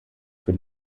für